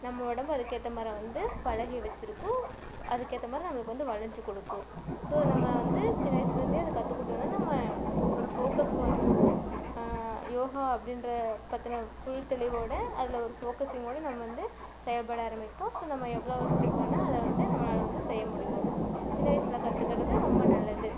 நம்ம உடம்பு அதுக்கேற்ற மாதிரி வந்து பழகி வச்சுருக்கும் அதுக்கேற்ற மாதிரி நம்மளுக்கு வந்து வளைஞ்சு கொடுக்கும் ஸோ நம்ம வந்து சின்ன வயசுலந்தே அதை கற்றுக்கிட்டோம்னா நம்ம ஒரு ஃபோக்கஸ்க்கு வந்துருவோம் யோகா அப்படின்ற பற்றின ஃபுல் தெளிவோட அதில் ஒரு ஃபோக்கஸிங்கோட நம்ம வந்து செயல்பட ஆரம்பிப்போம் ஸோ நம்ம எவ்வளோ வருஷத்துக்கு வேணா அதை வந்து நம்மளால் வந்து செய்ய முடியும் சின்ன வயசில் கற்றுக்கறது ரொம்ப நல்லது